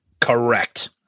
correct